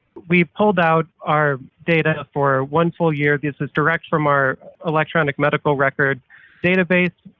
we pulled out our data for one full year. this is direct from our electronic medical record database,